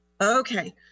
Okay